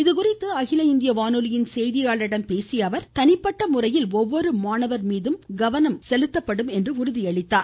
இதுகுறித்து அகில இந்திய வானொலி செய்தியாளரிடம் பேசிய அவர் தனிப்பட்ட முறையில் ஒவ்வொரு மாணவர் மீதும் கவனம் செலுத்தப்படும என்றும் உறுதியளித்தார்